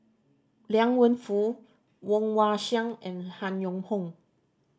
Liang Wenfu Woon Wah Siang and Han Yong Hong